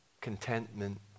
contentment